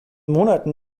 monaten